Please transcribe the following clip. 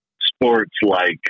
sports-like